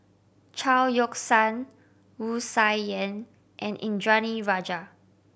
Chao Yoke San Wu Tsai Yen and Indranee Rajah